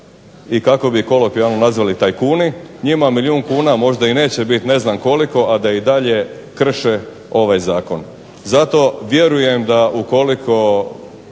i kako bi kolokvijalno nazvali tajkuni njima milijun kuna možda i neće biti ne znam koliko a da i dalje krše ovaj zakon. Zato vjerujem da ukoliko